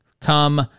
come